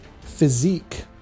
Physique